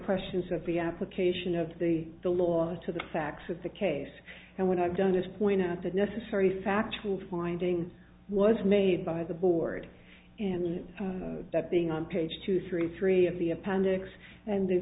questions of the application of the the law to the facts of the case and what i've done is point out the necessary factual finding was made by the board and that being on page two three three of the appendix and the